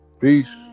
Peace